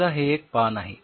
समजा हे एक पान आहे